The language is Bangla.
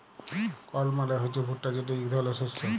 কর্ল মালে হছে ভুট্টা যেট ইক ধরলের শস্য